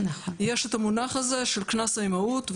יש את המונח הזה של קנס האימהות,